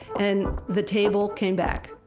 and the table came back.